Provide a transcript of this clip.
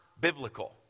biblical